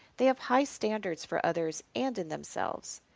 they have high standards for others and in themselves.